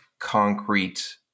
concrete